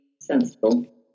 sensible